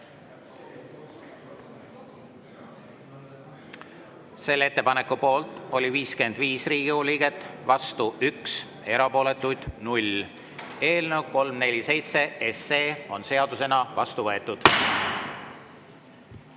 Selle ettepaneku poolt oli 55 Riigikogu liiget, vastu 1, erapooletuid 0. Eelnõu 347 on seadusena vastu võetud.